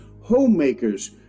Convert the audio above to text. homemakers